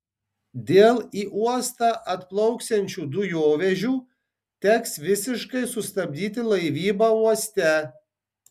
dėl į uostą atplauksiančių dujovežių teks visiškai sustabdyti laivybą uoste